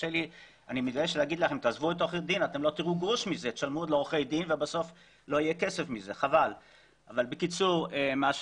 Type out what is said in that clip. כמות